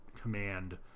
command